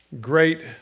great